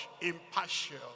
impartial